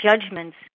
judgments